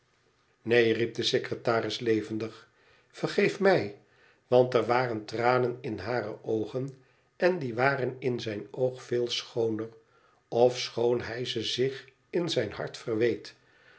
de secretaris levendig vergeef wiyl want er waren tranen in hare oogen en die waren m zijn oog veel schooner ofschoon hij ze zich in zijn hart verweet